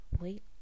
Wait